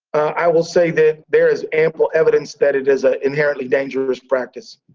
i will say that there is ample evidence that it is an inherently dangerous practice.